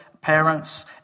parents